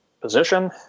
position